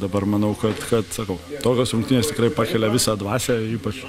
dabar manau kad kad sakau tokios rungtynės tikrai pakelia visą dvasią ypač